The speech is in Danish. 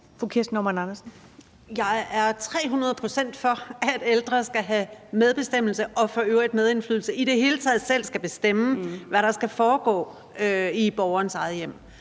trehundrede procent for, at ældre skal have medbestemmelse og i øvrigt medindflydelse, altså i det hele taget selv skal bestemme, hvad der skal foregå i deres eget hjem,